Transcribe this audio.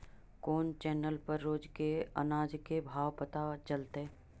कोन चैनल पर रोज के अनाज के भाव पता चलतै?